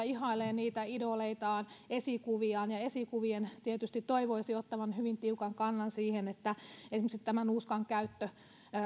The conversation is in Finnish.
ihailevat idoleitaan esikuviaan ja esikuvien tietysti toivoisi ottavan hyvin tiukan kannan siihen että esimerkiksi nuuskan käyttö